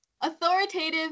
Authoritative